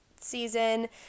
season